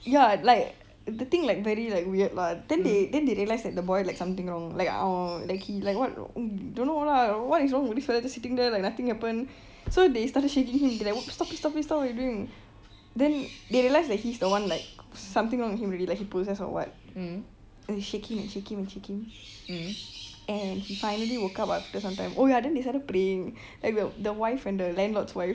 ya like the thing like very like weird lah then they then they realise that the boy like something wrong like அவன்:avan like he like what don't know lah what is wrong with this fellow just sitting there like nothing happen so they started shaking him like stop it stop it stop what you doing then they realised that he is the one like something wrong with him already like he possessed or what and they shake him and shake him and shake him and he finally woke up after some time oh ya then they started praying like the wife and the landlord's wife